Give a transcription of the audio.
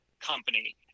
company